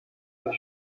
est